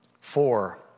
Four